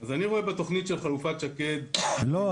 אז אני רואה בתכנית של חלופת שקד --- לא,